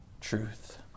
truth